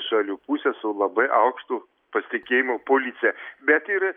šalių pusę su labai aukštu pasitikėjimu policija bet ir